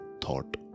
thought